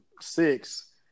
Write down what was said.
six